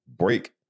Break